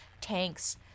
tanks